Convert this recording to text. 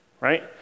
right